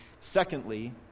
Secondly